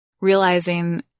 realizing